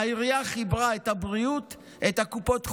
העירייה חיברה את הבריאות, את קופות החולים,